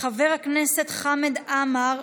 חבר הכנסת חמד עמאר,